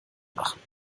machen